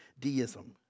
Deism